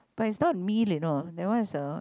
but is not meal you know that one is a